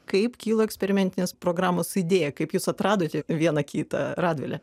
kaip kyla eksperimentinės programos idėja kaip jūs atradote viena kitą radvile